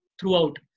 throughout